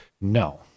no